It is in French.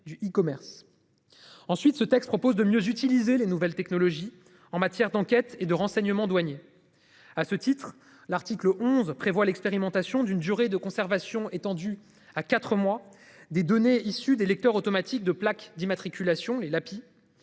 du E-commerce. Ensuite ce texte propose de mieux utiliser les nouvelles technologies en matière d'enquête et de renseignement douanier. À ce titre, l'article 11 prévoit l'expérimentation d'une durée de conservation étendu à 4 mois des données issues des Lecteurs automatique de plaques d'immatriculation et la